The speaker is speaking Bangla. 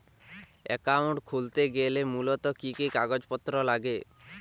অ্যাকাউন্ট খুলতে গেলে মূলত কি কি কাগজপত্র লাগে?